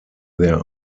their